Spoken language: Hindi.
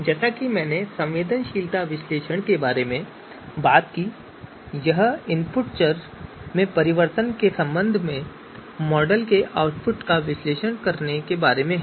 जैसा कि मैंने संवेदनशीलता विश्लेषण के बारे में बात की यह इनपुट चर में परिवर्तन के संबंध में मॉडल के आउटपुट का विश्लेषण करने के बारे में है